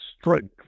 strength